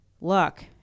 look